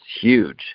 huge